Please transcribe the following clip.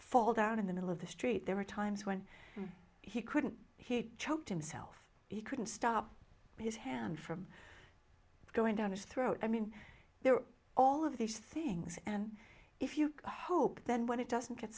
fall down in the middle of the street there were times when he couldn't he choked himself he couldn't stop his hand from going down to three i mean there are all of these things and if you hope then when it doesn't get